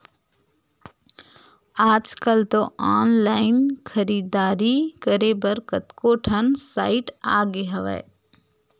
आजकल तो ऑनलाइन खरीदारी करे बर कतको ठन साइट आगे हवय